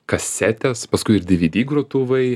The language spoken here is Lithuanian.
kasetės paskui ir dvd grotuvai